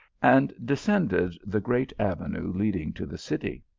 and de scended the great avenue leading to the city.